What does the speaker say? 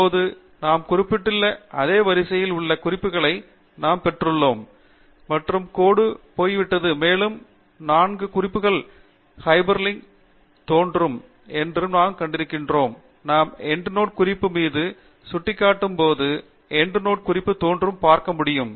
இப்போது நாம் குறிப்பிட்டுள்ள அதே வரிசையில் உள்ள குறிப்புகளை நாம் பெற்றுள்ளோம் மற்றும் கோடு போய்விட்டது மேலும் நான்கு குறிப்புகள் ஹைப்பர்லிங்க்களாக தோன்றும் என்று நாம் கண்டிருக்கிறோம் நாம் எண்ட் நோட் குறிப்பு மீது சுட்டி பற்றும் போது எண்ட் நோட் குறிப்பு தோன்றும் பார்க்க முடியும்